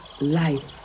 life